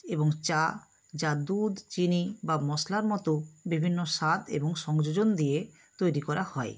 এবং চা যা দুধ চিনি বা মশলার মতো বিভিন্ন স্বাদ এবং সংযোজন দিয়ে তৈরি করা হয়